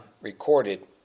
recorded